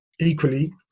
equally